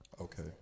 Okay